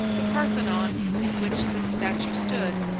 the parthenon, in which this statue stood,